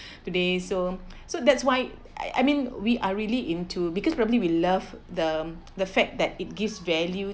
today so so that's why I I mean we are really into because probably we love the the fact that it gives values